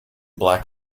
black